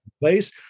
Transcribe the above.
place